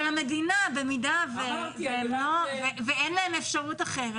אבל אם אין להם אפשרות אחרת,